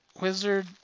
Wizard